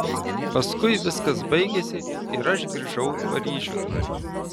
paskui viskas baigėsi ir aš grįžau paryžiun